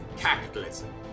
capitalism